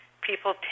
People